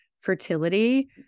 fertility